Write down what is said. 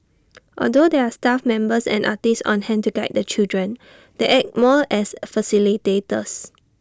although there are staff members and artists on hand to guide the children they act more as facilitators